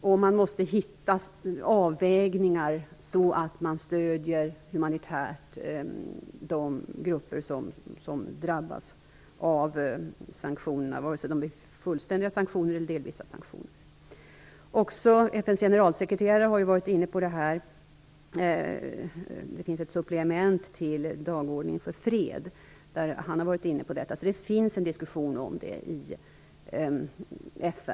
Det gäller att hitta avvägningar så att man humanitärt stöder de grupper som drabbas av sanktionerna, vare sig det är fullständiga eller delvisa sanktioner. Också FN:s generalsekreterare har varit inne på detta. Det finns nämligen ett supplement till dagordningen för fred. Det förekommer alltså en diskussion om det i FN.